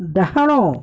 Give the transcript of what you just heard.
ଡାହାଣ